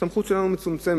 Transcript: הסמכות שלנו מצומצמת.